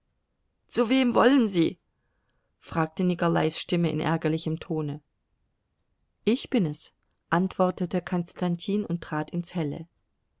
zu wem wollen sie fragte nikolais stimme in ärgerlichem tone ich bin es antwortete konstantin und trat ins helle